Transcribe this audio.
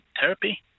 therapy